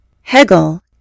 Hegel